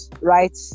right